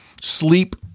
sleep